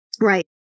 Right